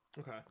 okay